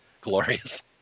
glorious